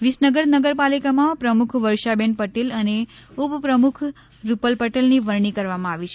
વિસનગર નગરપાલિકામાં પ્રમુખ વર્ષાબેન પટેલ અને ઉપપ્રમુખ રૂપલ પટેલની વરણી કરવામાં આવી છે